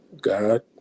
God